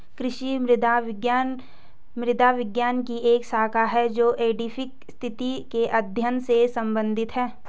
कृषि मृदा विज्ञान मृदा विज्ञान की एक शाखा है जो एडैफिक स्थिति के अध्ययन से संबंधित है